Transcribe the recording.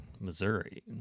Missouri